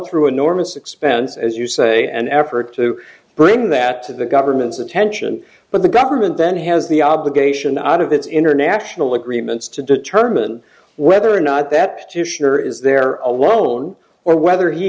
through enormous expense as you say an effort to bring that to the governor it's attention but the government then has the obligation out of its international agreements to determine whether or not that petitioner is there a loan or whether he